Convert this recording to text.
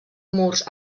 murs